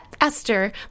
Esther